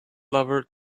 lever